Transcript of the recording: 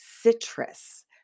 citrus